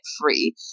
free